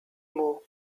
more